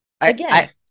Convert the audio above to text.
again